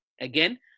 Again